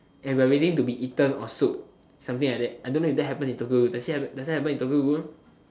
and we are waiting to be eaten or sold something like that I don't know if that happens in Tokyo-Ghoul does that happen in Tokyo-Ghoul